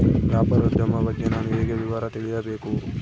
ವ್ಯಾಪಾರೋದ್ಯಮ ಬಗ್ಗೆ ನಾನು ಹೇಗೆ ವಿವರ ತಿಳಿಯಬೇಕು?